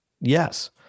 Yes